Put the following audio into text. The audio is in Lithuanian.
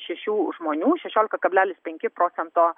šešių žmonių šešiolika kablelis penki procento